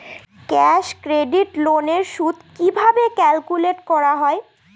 Cash credit loan এর সুদ কিভাবে ক্যালকুলেট করা হয়?